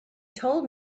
told